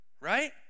Right